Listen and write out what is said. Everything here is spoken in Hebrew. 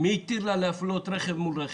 מי התיר לה להפלות רכב מול רכב.